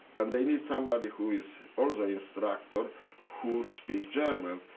and they need somebody who is also instructor who speak german.